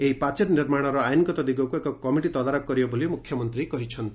ଏହି ପାଚେରି ନିର୍ମାଣର ଆଇନଗତ ଦିଗକୁ ଏକ କମିଟି ତଦାରଖ କରିବ ବୋଲି ମୁଖ୍ୟମନ୍ତ୍ରୀ କହିଛନ୍ତି